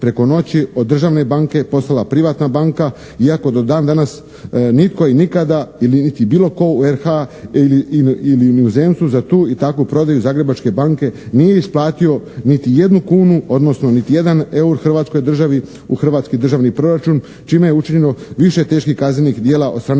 preko noći od državne banke postala privatna banka iako do dan danas nitko i nikada i niti bilo tko u RH-a za tu i takvu prodaju "Zagrebačke banke" nije isplatio niti jednu kunu odnosno niti jedan euro hrvatskoj državi u hrvatski državni proračun čime je učinjeno više teških kaznenih djela od strane